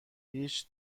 هیچ